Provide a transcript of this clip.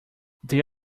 they